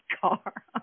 car